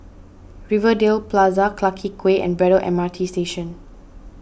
Rivervale Plaza Clarke Quay and Braddell M R T Station